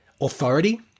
authority